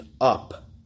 up